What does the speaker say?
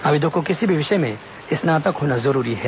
आवेदक को किसी भी विषय में स्नातक होना जरूरी है